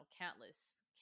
countless